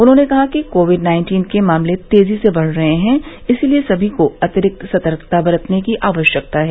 उन्होंने कहा कि कोविड नाइन्टीन के मामले तेजी से बढ़ रहे हैं इसलिये सभी को अतिरिक्त सतर्कता बरतने की आवश्यकता है